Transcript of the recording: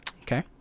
Okay